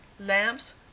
lamps